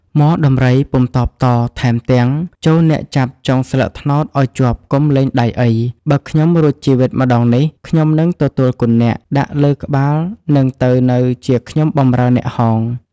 ទម័ក ពុំតបតថែមទាំង “ចូរអ្នកចាប់ចុងស្លឹកត្នោតឱ្យជាប់កុំលែងដៃអី បើខ្ញុំរួចជីវិតម្តងនេះ ខ្ញុំនឹងទទួលគុណអ្នក ដាក់លើក្បាលនិងទៅនៅជាខ្ញុំបំរើអ្នកហោង”។